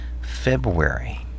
February